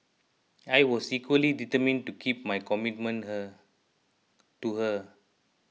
I was equally determined to keep my commitment her to her